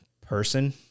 person